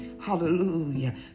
Hallelujah